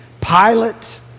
Pilate